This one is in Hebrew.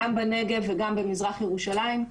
גם בנגב וגם במזרח ירושלים,